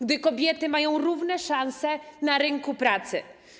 Gdy kobiety mają równe szanse na rynku pracy.